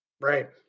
Right